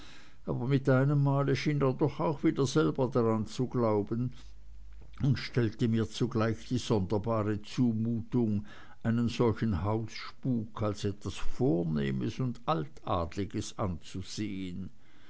aber mit einemmal schien er doch auch wieder selber daran zu glauben und stellte mir zugleich die sonderbare zumutung einen solchen hausspuk als etwas vornehmes und altadliges anzusehen